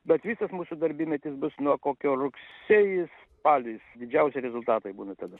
bet visas mūsų darbymetis bus nuo kokio rugsėjis spalis didžiausi rezultatai būna tada